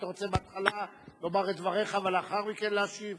אתה רוצה בהתחלה לומר את דבריך ולאחר מכן להשיב?